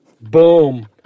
Boom